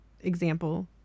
example